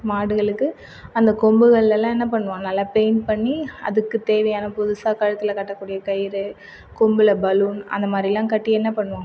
மாடுகளுக்கு அந்த கொம்புகளில் என்ன பண்ணுவோம் நல்ல பெயிண்ட் பண்ணி அதுக்கு தேவையான புதுசா கழுத்தில் கட்டக்கூடிய கயிறு கொம்பில் பலூன் அந்த மாதிரிலான் கட்டி என்ன பண்ணுவோம்